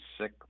sick